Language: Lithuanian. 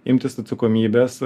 imtis atsakomybės